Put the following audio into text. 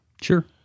Sure